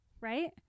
right